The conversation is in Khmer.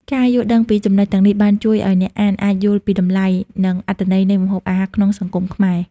ការយល់ដឹងពីចំណុចទាំងនេះបានជួយឲ្យអ្នកអានអាចយល់ពីតម្លៃ និងអត្ថន័យនៃម្ហូបអាហារក្នុងសង្គមខ្មែរ។